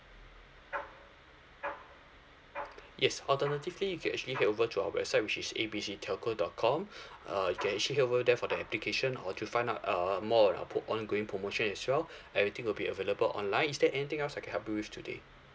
yes alternatively you can actually get over to our website which is A BC telco dot com uh you can actually head over there for the application or to find uh more about pro~ uh ongoing promotion as well everything will be available online is there anything else I can help you with today